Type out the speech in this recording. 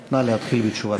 נא להתחיל בתשובתך.